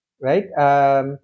right